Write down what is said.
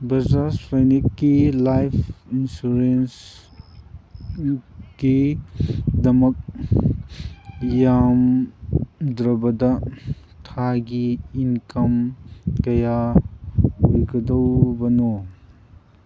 ꯕꯖꯥꯁ ꯐꯥꯏꯅꯤꯛꯀꯤ ꯂꯥꯏꯐ ꯏꯟꯁꯨꯔꯦꯟꯒꯤꯗꯃꯛ ꯌꯥꯝꯗ꯭ꯔꯕꯗ ꯊꯥꯒꯤ ꯏꯟꯀꯝ ꯀꯌꯥ ꯑꯣꯏꯒꯗꯧꯔꯅꯕꯣ